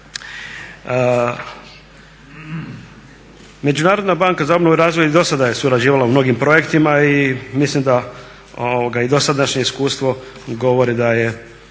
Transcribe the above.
Međunarodna banka za obnovu i razvoj i do sada je surađivala u mnogim projektima i mislim da i dosadašnje iskustvo govori da je